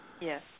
Yes